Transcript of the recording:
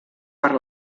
per